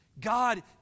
God